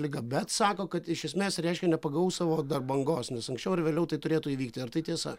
liga bet sako kad iš esmės reiškia nepagavau savo dar bangos nes anksčiau ar vėliau tai turėtų įvykti ar tai tiesa